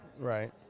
right